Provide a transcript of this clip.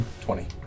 Twenty